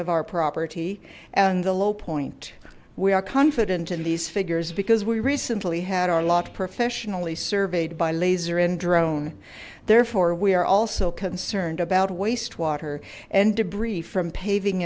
of our property and the low point we are confident in these figures because we recently had our lot professionally surveyed by laser and drone therefore we are also concerned about wastewater and debris from paving